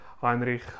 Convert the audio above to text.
Heinrich